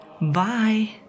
Bye